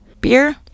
Beer